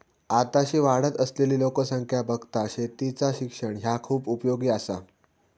आताशी वाढत असलली लोकसंख्या बघता शेतीचा शिक्षण ह्या खूप उपयोगी आसा